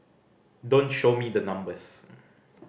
don't show me the numbers